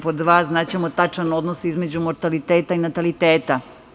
Pod dva, znaćemo tačan odnos između mortaliteta i nataliteta.